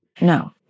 No